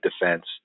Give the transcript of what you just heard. defense